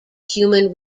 human